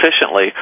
efficiently